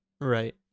Right